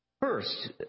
First